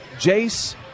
Jace